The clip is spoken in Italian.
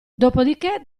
dopodichè